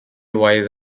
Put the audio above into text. wise